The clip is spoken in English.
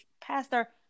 Pastor